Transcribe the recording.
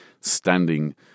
standing